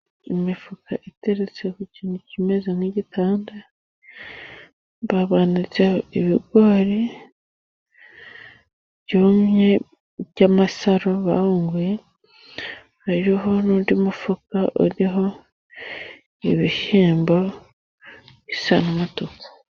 Imifuka iteretse ku kintu kimeze nk'igitanda, baba banitseho ibigori, byumye by'amasaro bahunguye, hariho n'undi mufuka uriho ibishyimbo bisa n' umutuku.